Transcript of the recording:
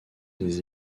des